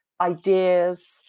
ideas